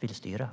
vill styra.